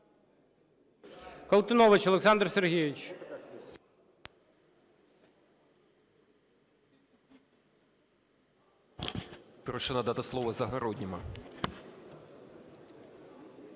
Колтунович Олександр Сергійович.